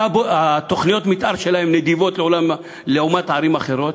תוכניות המתאר שלהם נדיבות לעומת הערים האחרות,